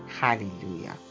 Hallelujah